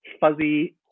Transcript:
fuzzy